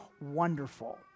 wonderful